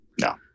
No